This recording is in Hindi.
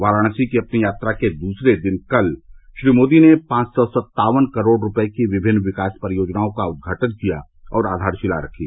वाराणसी की अपनी यात्रा के दूसरे दिन कल श्री मोदी ने पांच सौ सत्तावन करोड़ रूपये की विभिन्न विकास परियोजनाओं का उद्घाटन किया और आधारशिला रखी